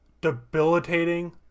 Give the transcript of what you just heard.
debilitating